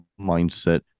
mindset